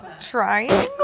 Triangle